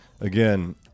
Again